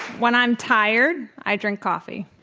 when i'm tired, i drink coffee.